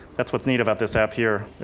that's what's neat about this app here.